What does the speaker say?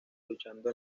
luchando